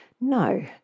No